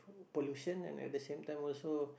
pollution and at the same time also